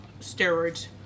steroids